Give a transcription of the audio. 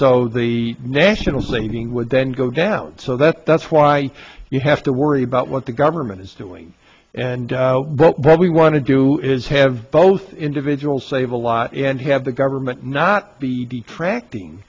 so the national cleaning would then go down so that that's why you have to worry about what the government is doing and what we want to do is have both individual save a lot and have the government not the detracting